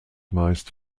meist